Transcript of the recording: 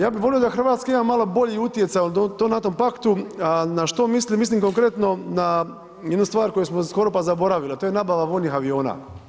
Ja bi volio da Hrvatska ima malo bolji utjecaj u tom NATO paktu, na što mislim, mislim konkretno na jednu stvar koju smo skoro pa zaboravili, a to je nabava vojnih aviona.